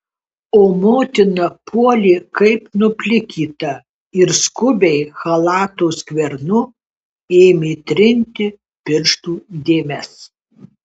o motina puolė kaip nuplikyta ir skubiai chalato skvernu ėmė trinti pirštų dėmes